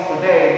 Today